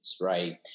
right